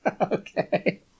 Okay